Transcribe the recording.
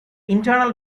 internal